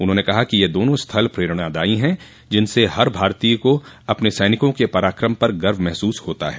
उन्होंने कहा कि ये दोनों स्थल प्रेरणादायी हैं जिनस हर भारतीयों को अपने सैनिकों के पराकम पर गर्व महसूस होता है